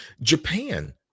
Japan